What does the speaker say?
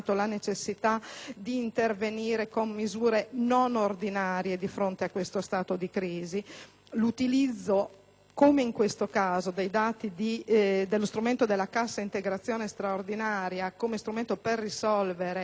di intervenire con misure non ordinarie di fronte a questo stato di crisi. L'utilizzo, come in questo caso, della cassa integrazione straordinaria come strumento per risolvere